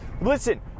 Listen